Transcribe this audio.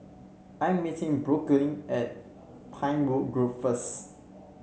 I am meeting Brooklyn at Pinewood Grove first